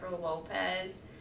Lopez